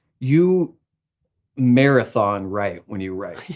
you marathon write when you write.